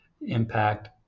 impact